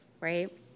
right